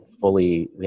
fully